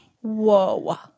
Whoa